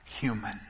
human